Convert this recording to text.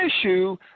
issue